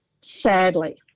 Sadly